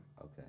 Okay